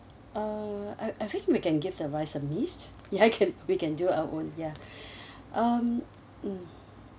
uh I I think we can give the rice a miss yeah I can we can do our own yeah um mm